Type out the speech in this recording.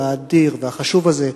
האדיר והחשוב הזה,